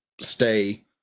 stay